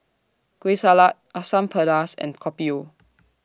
Kueh Salat Asam Pedas and Kopi O